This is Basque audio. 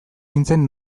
nintzen